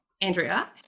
andrea